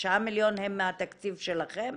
9 מיליון הם מהתקציב שלכם?